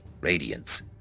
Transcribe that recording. radiance